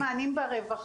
מי שמקבל מענים ברווחה,